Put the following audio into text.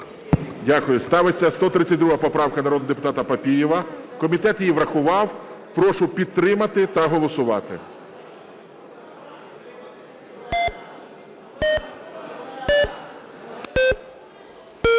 Дякую. Ставиться 132 поправка народного депутата Папієва. Комітет її врахував. Прошу підтримати та голосувати. 11:53:27